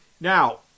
Now